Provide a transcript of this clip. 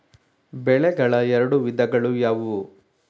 ಬೆಳೆಗಳ ಎರಡು ವಿಧಗಳು ಯಾವುವು?